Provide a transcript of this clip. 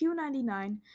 Q99